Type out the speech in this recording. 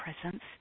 presence